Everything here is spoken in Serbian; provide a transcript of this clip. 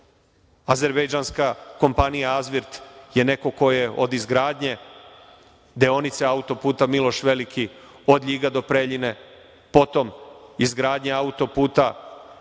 Azerbejdžanska kompanija „Azvirt“ je neko ko je deonice autoputa Miloš Veliki od Ljiga do Preljine, potom izgradnje autoputa